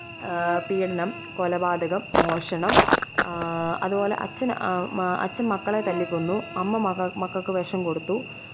പീഡനം കൊലപാതകം മോഷണം അതുപോലെ അച്ഛന് അച്ഛന് മക്കളെ തല്ലിക്കൊന്നു അമ്മ മക്കൾക്ക് വിഷം കൊടുത്തു